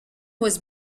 was